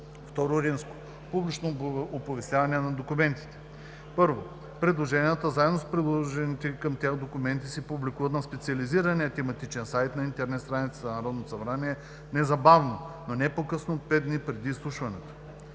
събрание. II. Публично оповестяване на документите. 1. Предложенията заедно с приложените към тях документи се публикуват на специализирания тематичен сайт на интернет страницата на Народното събрание незабавно, но не по-късно от 5 дни преди изслушването.